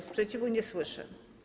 Sprzeciwu nie słyszę.